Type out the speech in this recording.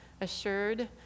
assured